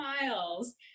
miles